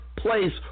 place